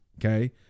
Okay